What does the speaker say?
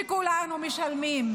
שכולנו משלמים,